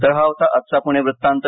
तर हा होता आजचा पुणे वृत्तांत